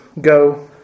Go